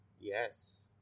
yes